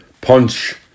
punch